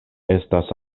estas